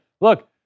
Look